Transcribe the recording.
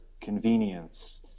convenience